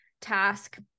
task